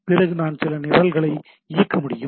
பிறகு நான் சில நிரல்களை இயக்க முடியும்